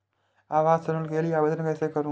आवास ऋण के लिए आवेदन कैसे करुँ?